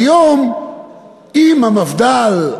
אם המפד"ל,